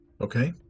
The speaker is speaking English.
Okay